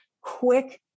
quick